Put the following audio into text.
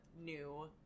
new